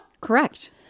Correct